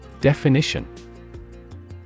definition